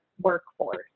workforce